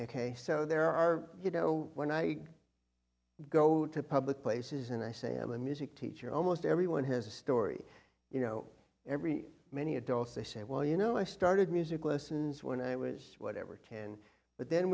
a so there are you know when i go to public places and i say i'm a music teacher almost everyone has a story you know every many adults they say well you know i started music lessons when i was whatever can but then